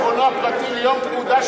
ושם בחשבונו הפרטי ליום פקודה,